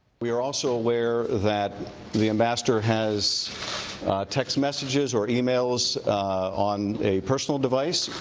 we are also aware that the ambassador has text messages or emails on a personal device.